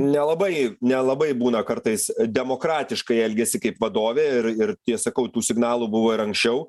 nelabai nelabai būna kartais demokratiškai elgiasi kaip vadovė ir ir sakau tų signalų buvo ir anksčiau